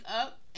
up